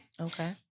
Okay